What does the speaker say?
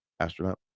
Astronaut